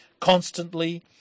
constantly